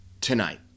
tonight